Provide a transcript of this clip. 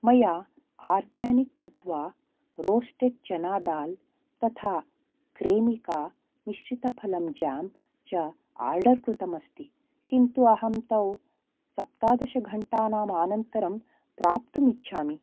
मया आर्गानिक् तत्वा रोस्टेड् चना दाल् तथा क्रेमिका मिश्रितफलं जां च आर्डर् कृतम् अस्ति किन्तु अहं तौ सप्तादशघण्टानाम् अनन्तरं प्राप्तुमिच्छामि